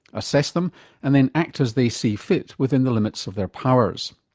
assess them and then act as they see fit within the limits of their powers.